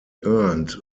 earned